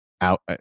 out